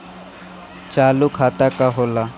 चालू खाता का होला?